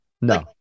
no